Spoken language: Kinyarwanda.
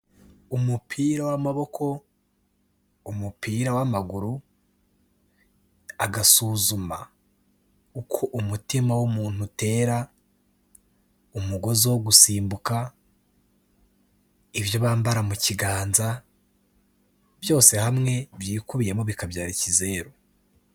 Umupira w'amaboko, umupira w'amaguru, agasuzuma uko umutima w'umuntu utera, umugozi wo gusimbuka, ibyo bambara mu kiganza, byose hamwe byikubiyemo bikabyara ikizeru.